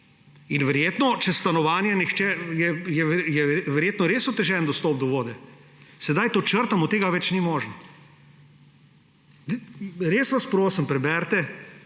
In verjetno, če je stanovanje, je verjetno res otežen dostop do vode. Sedaj to črtamo in to več ni možno. Res vas prosim, preberite